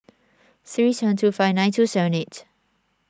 three seven two five nine two seven eight